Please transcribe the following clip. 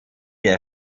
der